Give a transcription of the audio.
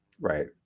Right